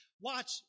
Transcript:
watch